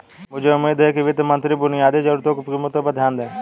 मुझे उम्मीद है कि वित्त मंत्री बुनियादी जरूरतों की कीमतों पर ध्यान देंगे